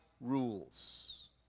rules